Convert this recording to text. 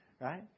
right